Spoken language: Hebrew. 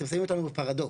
אתם שמים אותנו בפרדוקס.